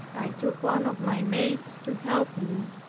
i took one of my maids to help me,